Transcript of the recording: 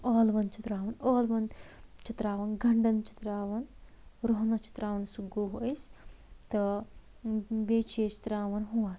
ٲلوَن چھِ تراوَان ٲلون چھِ تراوَان گنڈن چھِ تراوَان رۄہنَس چھِ تراوَان سُہ گُہہ أسۍ تہٕ بیٚیہِ چھِ أسۍ تراوَان یُتھ